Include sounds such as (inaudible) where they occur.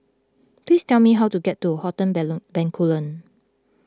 please tell me how to get to Hotel (unintelligible) Bencoolen